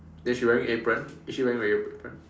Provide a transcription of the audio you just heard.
then she wearing apron is she wearing a apron